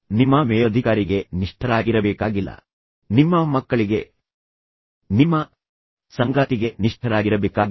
ನಿಮ್ಮ ಸಂಗಾತಿಗಳಿಗೆ ನಿಷ್ಠರಾಗಿರಬೇಕಾಗಿಲ್ಲ ನೀವು ಹೀಗೆ ಮಾಡಬೇಕಾಗಿಲ್ಲ ನಿಮ್ಮ ಮಕ್ಕಳಿಗೆ ನಿಷ್ಠರಾಗಿರಬೇಕಾಗಿಲ್ಲ ನೀವು ಹೀಗೆ ಇರಬೇಕಾಗಿಲ್ಲ ನಿಮ್ಮ ನೆರೆಹೊರೆಯವರಿಗೆ ನಿಜರಾಗಿರಬೇಕಾಗಿಲ್ಲ